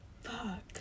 Fuck